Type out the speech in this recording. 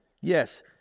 Yes